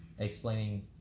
Explaining